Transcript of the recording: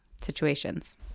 situations